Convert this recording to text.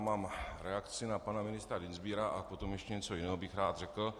Mám reakci na pana ministra Dienstbiera a potom ještě něco jiného bych rád řekl.